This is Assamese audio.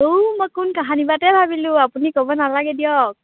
অ মই কোন কাহানিবাতে ভাবিলোঁ আপুনি ক'ব নালাগে দিয়ক